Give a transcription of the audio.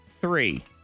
three